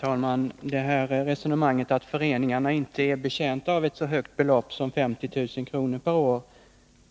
Herr talman! Resonemanget om att föreningar inte är betjänta av ett så högt belopp som 50 000 kr. per år